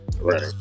Right